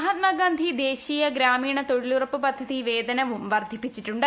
മഹാത്മാഗാന്ധി ദേശീയ ഗ്രാമീണ തൊഴിലുറപ്പ് പദ്ധതി വേതനവും വർദ്ധിപ്പിച്ചിട്ടുണ്ട്